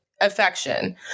affection